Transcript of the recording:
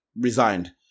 resigned